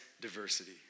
diversity